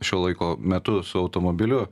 šiuo laiko metu su automobiliu